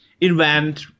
invent